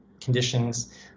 conditions